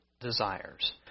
desires